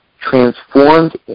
transformed